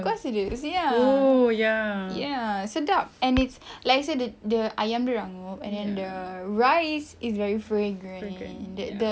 of course it is you see ah ya sedap and it's let's say the the ayam dia ranggup and then the rice is very fragrant that the